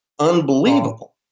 unbelievable